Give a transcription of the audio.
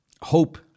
hope